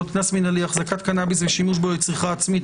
(קנס מינהלי החזקת קנאביס ושימוש בו לצריכה עצמית),